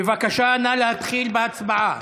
בבקשה, נא להתחיל בהצבעה.